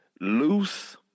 Loose